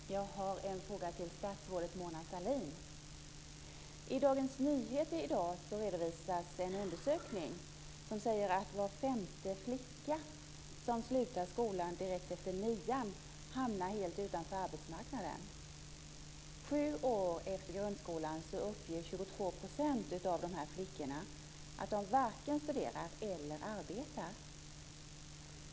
Fru talman! Jag har en fråga till statsrådet Mona I Dagens Nyheter i dag redovisas en undersökning som säger att var femte flicka som slutar skolan direkt efter nian hamnar helt utanför arbetsmarknaden. Sju år efter grundskolan uppger 22 % av de här flickorna att de varken studerar eller arbetar.